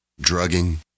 drugging